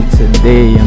today